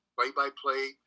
play-by-play